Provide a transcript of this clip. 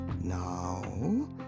Now